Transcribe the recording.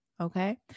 Okay